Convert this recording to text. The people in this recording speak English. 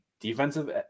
Defensive